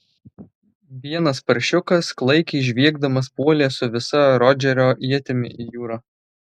vienas paršiukas klaikiai žviegdamas puolė su visa rodžerio ietimi į jūrą